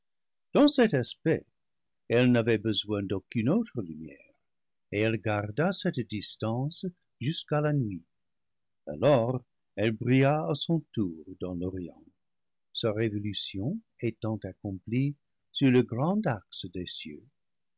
dans cet aspect elle n'a vait besoin d'aucune autre lumière et elle garda cette distance jusqu'à la nuit alors elle brilla à son tour dans l'orient sa révolution étant accomplie sur le grand axe des cieux